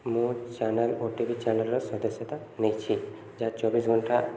ମୁଁ ଚ୍ୟାନେଲ୍ ଓ T V ଚ୍ୟାନେଲର ସଦସ୍ୟତା ନେଇଛି ଯାହା ଚବିଶ ଘଣ୍ଟା